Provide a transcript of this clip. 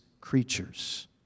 creatures